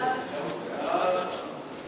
ההצעה להעביר את הצעת חוק הגנת הצרכן (תיקון מס' 40)